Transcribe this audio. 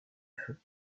feu